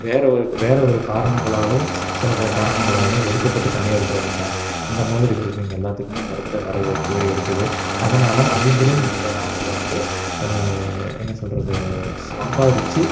வேற ஒரு வேற ஒரு காரணங்களாலும் சில பல காரணங்களாலும் ஒதுக்கப்பட்டு தனியாக இருக்கிறவிங்க இந்த மாதிரி இருக்கிறவிங்க எல்லாத்துக்குமே இந்த இடத்துட்ட வேலைவாய்ப்புகள் இருக்குது அதனால் அவங்களும் இந்த நாட்டில் வந்து என்ன சொல்கிறது சம்பாதிச்சி